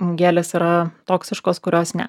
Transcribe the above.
gėlės yra toksiškos kurios ne